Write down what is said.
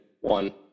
one